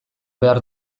behar